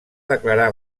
declarar